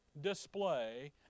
display